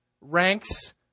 ranks